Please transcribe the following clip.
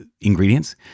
ingredients